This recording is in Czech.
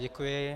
Děkuji.